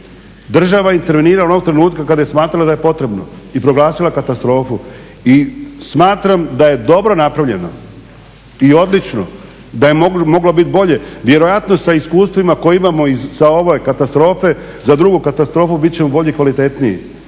Država intervenira onog trenutka kada je smatrala da je potrebno i proglasila katastrofu. I smatram da je dobro napravljeno i odlično, da je moglo bit bolje. Vjerojatno sa iskustvima koje imamo i sa ove katastrofe za drugu katastrofu bit ćemo bolji, kvalitetniji